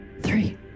Three